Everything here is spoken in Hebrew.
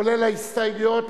כולל ההסתייגויות,